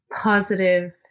positive